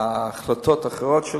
ההחלטות האחרות.